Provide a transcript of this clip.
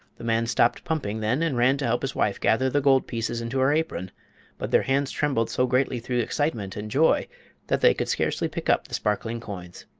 the man stopped pumping then and ran to help his wife gather the gold pieces into her apron but their hands trembled so greatly through excitement and joy that they could scarcely pick up the sparkling coins.